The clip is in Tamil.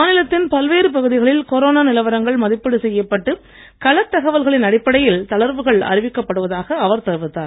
மாநிலத்தின் பல்வேறு பகுதிகளில் கொரோனா நிலவரங்கள் மதிப்பீடு செய்யப்பட்டு களத் தகவல்களின் அடிப்படையில் தளர்வுகள் அறிவிக்கப் படுவதாக அவர் தெரிவித்தார்